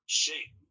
shape